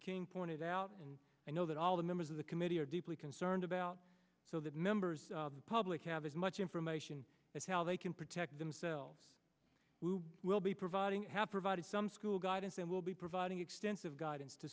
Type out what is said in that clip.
king pointed out and i know that all the members of the committee are deeply concerned about so that members of the public have as much information as how they can protect themselves will be providing have provided some school guidance and will be providing extensive guidance to